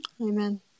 Amen